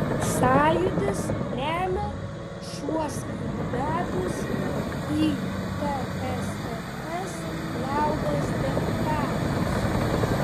sąjūdis remia šiuos kandidatus į tsrs liaudies deputatus